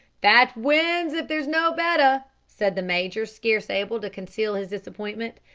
that wins if there's no better, said the major, scarce able to conceal his disappointment.